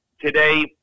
Today